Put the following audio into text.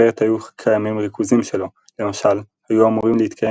אחרת היו קיימים ריכוזים שלו - למשל היו אמורים להתקיים